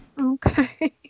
Okay